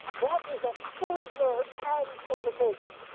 that is a further amplification,